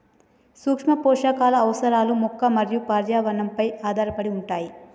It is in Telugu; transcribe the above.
సూక్ష్మపోషకాల అవసరాలు మొక్క మరియు పర్యావరణంపై ఆధారపడి ఉంటాయి